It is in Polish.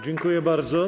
Dziękuję bardzo.